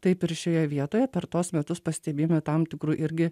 taip ir šioje vietoje per tuos metus pastebėjome tam tikrų irgi